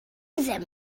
ddim